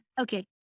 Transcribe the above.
Okay